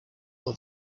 for